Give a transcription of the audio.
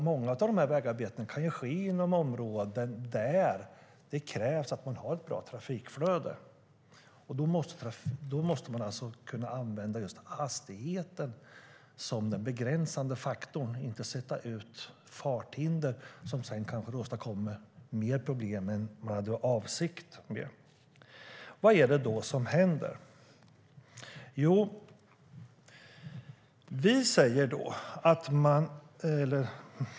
Många av dessa vägarbeten sker ju inom områden där det krävs att man har ett bra trafikflöde, och då måste man kunna använda hastigheten som den begränsande faktorn och inte sätta ut farthinder som sedan kanske bara åstadkommer mer problem. Vad är det då som händer?